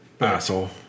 Asshole